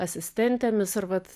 asistentėmis ar vat